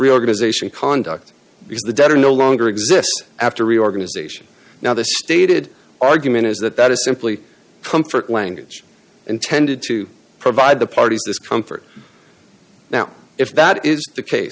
reorganization conduct because the debtor no longer exists after reorganization now the stated argument is that that is simply comfort language intended to provide the parties discomfort now if that is the case